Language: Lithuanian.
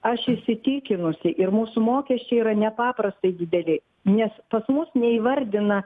aš įsitikinusi ir mūsų mokesčiai yra nepaprastai dideli nes pas mus neįvardina